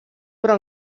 però